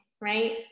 right